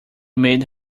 made